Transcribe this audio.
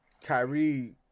Kyrie